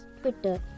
Twitter